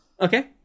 Okay